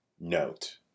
note